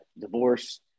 divorce